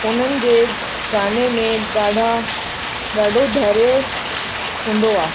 उन्हनि जे गाने में ॾाढा ॾाढो धैर्य हूंदो आहे